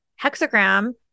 hexagram